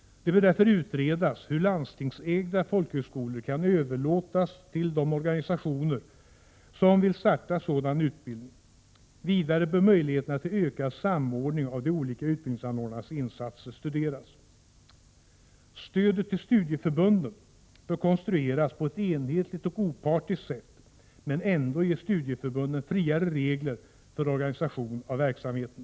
Det bör därför utredas hur landstingsägda folkhögskolor kan överlåtas till de organisationer som vill starta sådan utbildning. Vidare bör möjligheterna till ökad samordning av de olika utbildningsanordnarnas insatser studeras. o Stödet till studieförbunden bör konstrueras på ett enhetligt och opartiskt sätt men ändå ge studieförbunden friare regler för organisation av verksamheten.